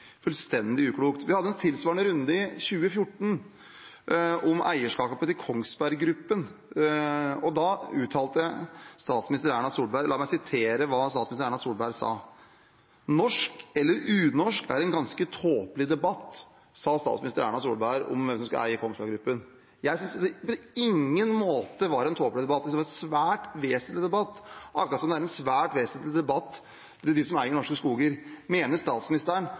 Fullstendig uklokt! Vi hadde en tilsvarende runde i 2014 om eierskapet til Kongsberg Gruppen. Da uttalte statsminister Erna Solberg: «Jeg synes hele debatten om unorsk eller norsk er en ganske tåpelig debatt.» Det sa statsminister Erna Solberg om hvem som skulle eie Kongsberg Gruppen. Jeg synes på ingen måte det var en tåpelig debatt. Jeg synes det var en svært vesentlig debatt, akkurat som debatten om hvem som eier norske skoger. Mener statsministeren